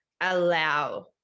allow